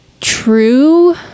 True